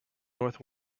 north